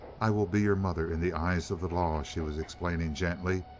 i will be your mother, in the eyes of the law, she was explaining gently,